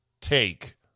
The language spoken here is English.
take